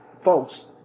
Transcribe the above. folks